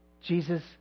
Jesus